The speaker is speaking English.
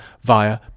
via